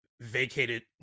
Vacated